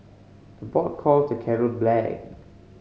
the pot calls the kettle black